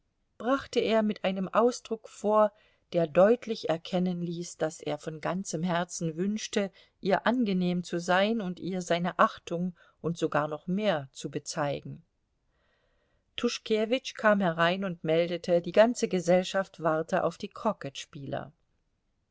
brachte er mit einem ausdruck vor der deutlich er kennen ließ daß er von ganzem herzen wünschte ihr angenehm zu sein und ihr seine achtung und sogar noch mehr zu bezeigen tuschkewitsch kam herein und meldete die ganze gesellschaft warte auf die